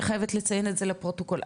אני חייבת לציין את זה לפרוטוקול,